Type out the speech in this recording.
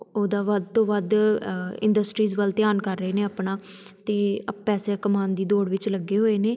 ਉਹਦਾ ਵੱਧ ਤੋਂ ਵੱਧ ਇੰਡਸਟਰੀਜ਼ ਵੱਲ ਧਿਆਨ ਕਰ ਰਹੇ ਨੇ ਆਪਣਾ ਅਤੇ ਪੈਸੇ ਕਮਾਉਣ ਦੀ ਦੋੜ ਵਿੱਚ ਲੱਗੇ ਹੋਏ ਨੇ